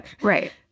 Right